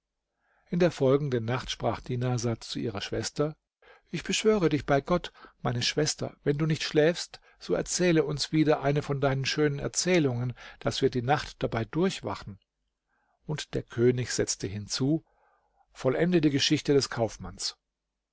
in der folgenden nacht sprach dinarsad zu ihrer schwester ich beschwöre dich bei gott meine schwester wenn du nicht schläfst so erzähle uns wieder eine von deinen schönen erzählungen daß wir die nacht dabei durchwachen und der könig setzte hinzu vollende die geschichte des kaufmanns